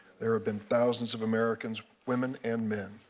there have been thousands of americans, women and men,